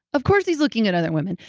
of course he's looking at other women.